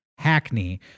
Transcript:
hackney